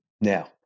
now